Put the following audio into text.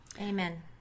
Amen